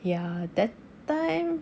ya that time